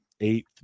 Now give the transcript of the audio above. eighth